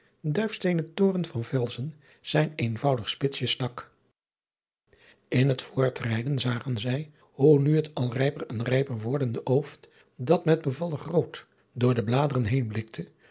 duifsteenen toren van velsen zijn eenvoudig spitsje stak in het voortrijden zagen zij hoe nu het al rijper en rijper wordende ooft dat met bevallig rood door de bladeren heen blikte